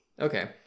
Okay